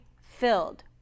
filled